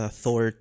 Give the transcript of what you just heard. Thor